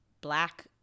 black